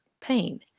pain